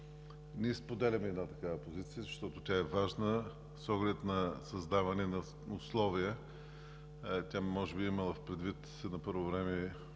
Ние споделяме една такава позиция, защото тя е важна с оглед на създаване на условия. Тя може би е имала предвид на първо време